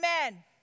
Amen